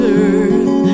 earth